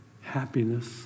happiness